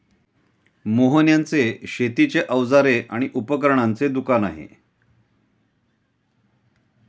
मोहन यांचे शेतीची अवजारे आणि उपकरणांचे दुकान आहे